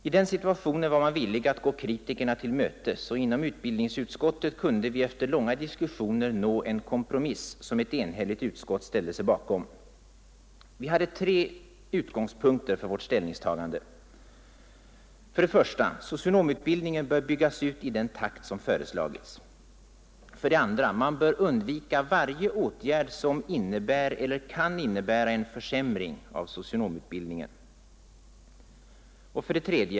I den situationen var man villig att gå kritikerna till mötes, och inom utbildningsutskottet kunde vi efter långa diskussioner nå en kompromiss, som ett enhälligt utskott ställde sig bakom. Vi hade tre utgångspunkter för vårt ställningstagande: 1. Socionomutbildningen bör byggas ut i den takt som föreslagits. 2. Man bör undvika varje åtgärd som innebär eller som kan innebära en försämring av socionomutbildningen. 3.